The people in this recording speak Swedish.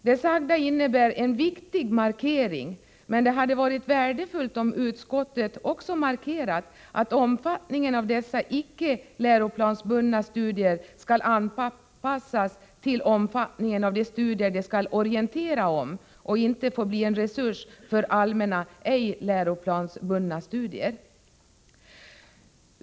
Det sagda betyder en viktig markering, men det hade varit värdefullt om utskottet också betonat att omfattningen av dessa icke läroplansbundna studier skall anpassas till omfattningen av de studier som de skall orientera om och inte får bli en resurs för allmänna, ej läroplansbundna studier.